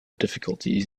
difficulties